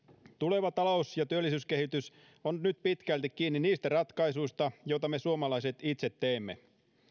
tuleva talous ja työllisyyskehitys on nyt pitkälti kiinni niistä ratkaisuista joita me suomalaiset itse teemme